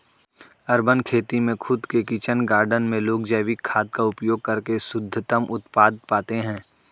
urban खेती में खुद के किचन गार्डन में लोग जैविक खाद का उपयोग करके शुद्धतम उत्पाद पाते हैं